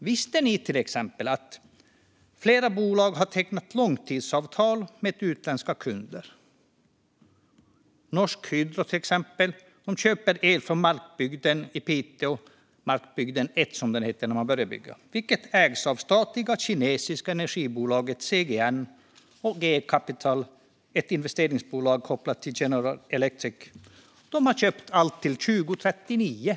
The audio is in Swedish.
Visste ni till exempel att flera bolag har tecknat långtidsavtal med utländska kunder? Norsk Hydro köper el från Markbygden i Piteå, eller Markbygden Ett som det hette när man började bygga, vilket ägs av det statliga kinesiska energibolaget CGN och GE Capital som är ett investeringsbolag kopplat till General Electric. De har köpt allt till 2039.